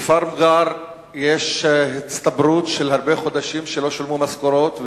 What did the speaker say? בכפר מע'אר יש הצטברות של הרבה חודשים שלא שולמו משכורות,